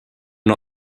not